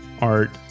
art